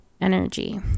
energy